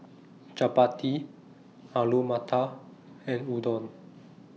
Chapati Alu Matar and Udon